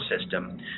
system